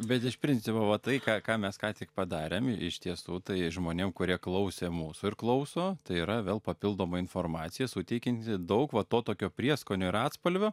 bet iš principo va tai ką ką mes ką tik padarėm iš tiesų tai žmonėm kurie klausė mūsų ir klauso tai yra vėl papildoma informacija suteikianti daug va to tokio prieskonio ir atspalvio